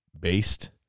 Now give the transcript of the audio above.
based